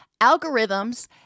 algorithms